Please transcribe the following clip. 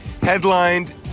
Headlined